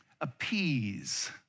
appease